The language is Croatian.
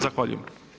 Zahvaljujem.